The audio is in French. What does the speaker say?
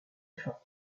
fin